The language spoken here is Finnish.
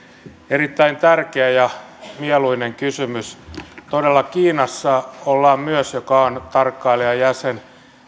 erittäin tärkeä ja mieluinen kysymys kiinassa joka on nyt tarkkailijajäsen ollaan todella myös